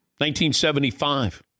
1975